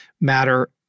matter